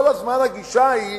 כל הזמן הגישה היא